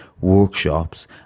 workshops